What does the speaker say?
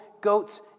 Goats